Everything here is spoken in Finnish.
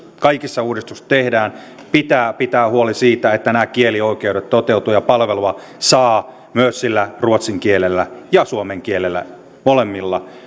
kaikissa uudistuksissa tehdään pitää pitää huoli siitä että nämä kielioikeudet toteutuvat ja palvelua saa myös sillä ruotsin kielellä ja suomen kielellä molemmilla